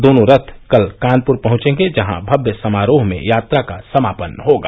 दोनों रथ कल कानपुर पहुंचेंगे जहां भव्य समारोह में यात्रा का समापन होगा